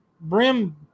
brim